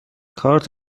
کارت